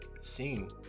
scene